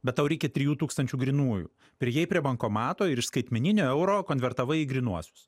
bet tau reikia trijų tūkstančių grynųjų priėjai prie bankomato ir iš skaitmeninio euro konvertavai į grynuosius